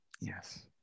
Yes